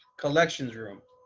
collections room.